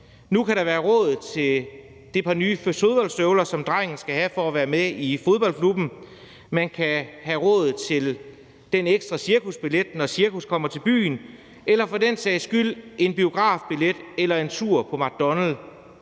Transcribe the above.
Nu kan der være råd til det par nye fodboldstøvler, som drengen skal have for at være med i fodboldklubben, og man kan have råd til den ekstra cirkusbillet, når cirkusset komme til byen, eller for den sags skyld en biografbillet eller en tur på McDonald's,